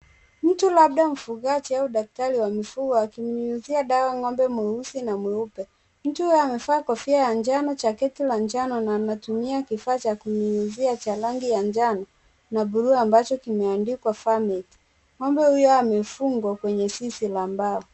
Mtu labda mfugaji au daktari wa mifugo akinyunyuzia dawa ng'ombe mweusi na mweupe, mtu huyu amevaa kofia ya njano, jaketi la njano na anatumia kifaa cha kunyunyuzia cha rangi ya njano na bluu ambacho kimeandikwa farmet, ng'ombe huyo amefungwa kwenye zizi la mbao.